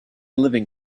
living